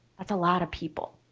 that's a lot of people.